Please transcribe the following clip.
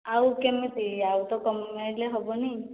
ଆଉ କେମିତି ଆଉ ତ କମାଇଲେ ହେବନି